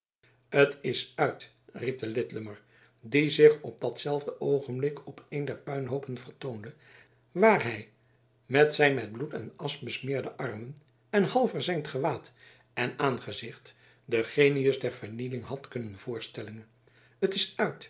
t is uit riep de lidlummer die zich op dat zelfde oogenblik op een der puinhoopen vertoonde waar hij met zijn met bloed en asch besmeerde armen en half verzengd gewaad en aangezicht den genius der vernieling had kunnen voorstellen t is